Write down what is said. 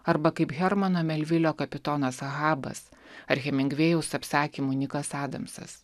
arba kaip hermano melvilio kapitonas habas ar hemingvėjaus apsakymų nikas adamsas